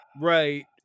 Right